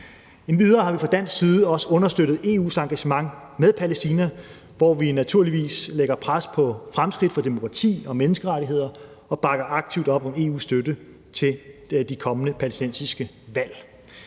Endvidere har vi fra dansk side også understøttet EU's engagement med Palæstina, hvor vi naturligvis lægger pres på fremskridt for demokrati og menneskerettigheder og bakker aktivt op om EU's støtte til de kommende palæstinensiske valg.